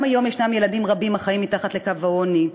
גם היום ישנם ילדים רבים החיים מתחת לקו העוני,